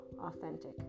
authentic